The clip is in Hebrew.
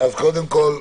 קודם כול,